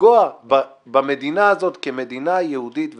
לפגוע במדינה הזאת כמדינה יהודית ודמוקרטית,